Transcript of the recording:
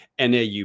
NAU